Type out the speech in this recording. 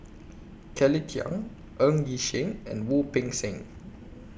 Kelly Tang Ng Yi Sheng and Wu Peng Seng